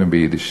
אומרים ביידיש,